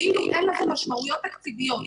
כאילו אין לזה משמעויות תקציביות,